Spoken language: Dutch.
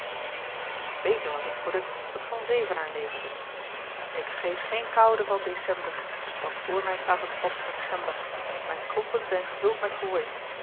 iets beter was het produkt dat van zevenaer leverde ik vrees geen koude van december want voor mij staat een pot met gember mijn klompen zijn gevuld met hooi